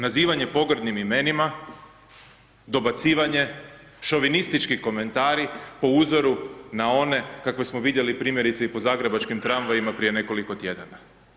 Nazivanje pogrdnim, dobacivanje, šovinistički komentari po uzoru na one kakve smo vidjeli primjerice i po zagrebačkim tramvajima prije nekoliko tjedana.